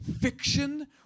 Fiction